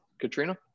Katrina